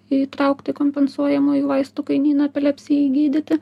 įtraukta į kompensuojamųjų vaistų kainyną epilepsijai gydyti